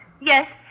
Yes